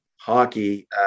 hockey